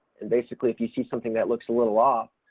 and basically if you see something that looks a little off,